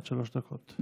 עד שלוש דקות.